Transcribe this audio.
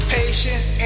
patience